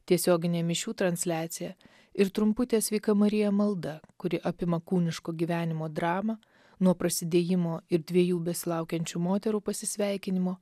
tiesioginė mišių transliacija ir trumputė sveika marija malda kuri apima kūniško gyvenimo dramą nuo prasidėjimo ir dviejų besilaukiančių moterų pasisveikinimo